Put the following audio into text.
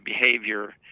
behavior